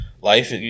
Life